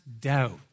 doubt